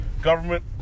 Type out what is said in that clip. Government